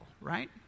right